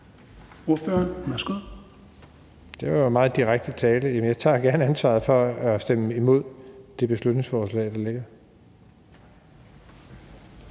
Jeppe Bruus (S): Det var meget direkte tale. Jeg tager gerne ansvaret for at stemme imod det beslutningsforslag, der ligger.